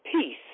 Peace